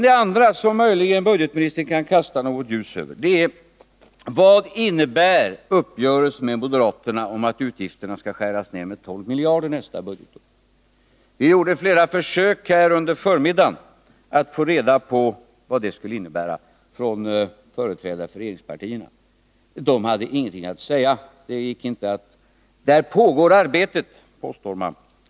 Det andra som budgetministern möjligen kan kasta något ljus över är: Vad innebär uppgörelsen med moderaterna om att utgifterna skall skäras ned med 12 miljarder nästa budgetår? Vi gjorde flera försök under förmiddagen att få reda på från företrädare för regeringspartierna vad uppgörelsen innebär. De hade ingenting att säga. Det gick inte att få besked. Arbetet pågår, sägs det.